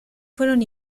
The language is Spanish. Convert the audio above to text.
fueron